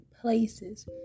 places